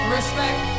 Respect